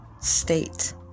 state